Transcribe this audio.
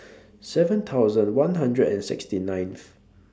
seven thousand one hundred and sixty ninth